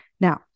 Now